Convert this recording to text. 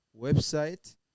website